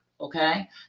Okay